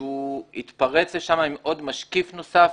שהוא התפרץ לשם עם עוד משקיף נוסף,